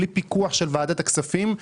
בלי פיקוח של ועדת הכספים,